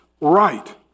right